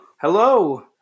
Hello